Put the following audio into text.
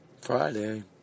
Friday